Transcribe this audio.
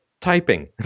typing